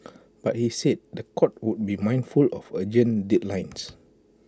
but he said The Court would be mindful of urgent deadlines